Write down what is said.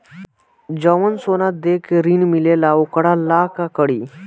जवन सोना दे के ऋण मिलेला वोकरा ला का करी?